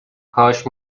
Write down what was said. کاش